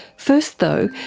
first though,